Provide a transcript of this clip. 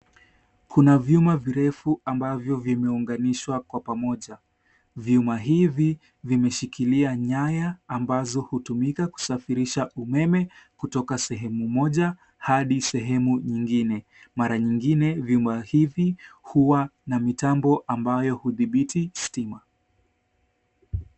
Kuna vyuma virefu ambavyo vimeunganishwa kwa pamoja. Vyuma hivi vimeshikilia nyaya ambazo hutumika kusafirisha umeme kutoka sehemu moja hadi sehemu nyingine. Mara nyingine vyuma hivi huwa na mitambo ambayo hudhibiti stima.